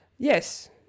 Yes